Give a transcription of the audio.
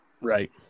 Right